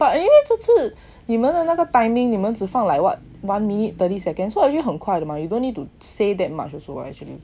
but 因为这次你们的那个 timing 你们只是放 one minute thirty second so actually 很快的吗 you don't need to say that much also what actually